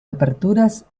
aperturas